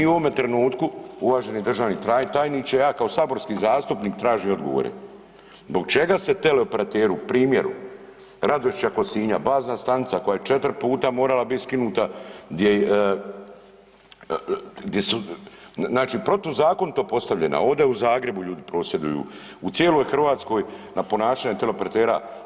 Mi u ovome trenutku uvaženi državni tajniče, ja kao saborski zastupnik tražim odgovore, zbog čega se teleoperateru primjera RAdošća kod Sinja, bazna stanica koja je četiri puta morala biti skinuta gdje znači protuzakonito postavljena, ovdje u Zagrebu ljudi prosvjeduju u cijeloj Hrvatskoj na ponašanje teleoperatera.